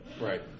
Right